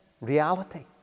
reality